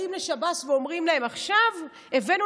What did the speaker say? באים לשב"ס ואומרים להם: עכשיו הבאנו